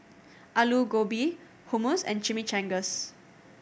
Alu Gobi Hummus and Chimichangas